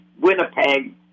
Winnipeg